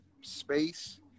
space